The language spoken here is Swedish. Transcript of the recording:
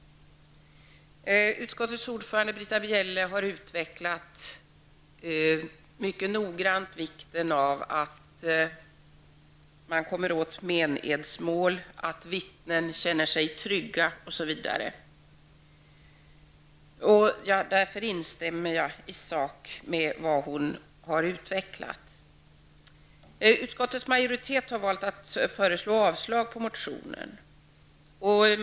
Utskottets ordförande Britta Bjelle har mycket noggrant utvecklat vikten av att man kommer åt menedsmål, att vittnen känner sig trygga osv. Därför instämmer jag i sak med det hon har utvecklat. Utskottets majoritet har valt att föreslå avslag på motionen.